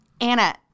Anna